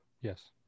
Yes